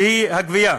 שהיא הגבייה.